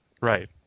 Right